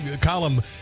column